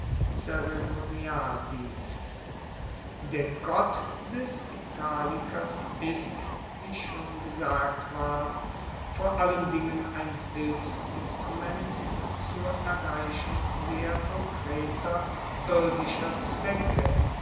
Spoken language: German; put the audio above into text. zeremonialdienst der gott des italikers ist wie schon gesagt ward vor allen dingen ein hilfsinstrument zur erreichung sehr konkreter irdischer zwecke